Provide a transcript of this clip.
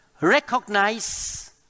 Recognize